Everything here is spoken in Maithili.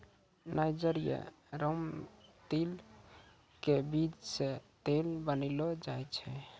नाइजर या रामतिल के बीज सॅ तेल बनैलो जाय छै